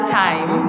time